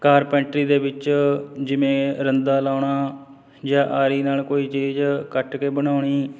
carpentry ਦੇ ਵਿੱਚ ਜਿਵੇਂ ਰੰਦਾ ਲਾਉਣਾ ਜਾਂ ਆਰੀ ਨਾਲ ਕੋਈ ਚੀਜ਼ ਕੱਟ ਕੇ ਬਣਾਉਣੀ